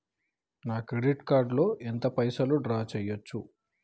నా credit card లో ఎంత పైసల్ డ్రా చేయచ్చు?